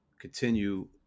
continue